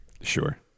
Sure